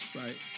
right